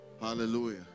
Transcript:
Hallelujah